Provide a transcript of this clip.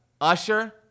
Usher